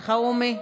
אלחרומי?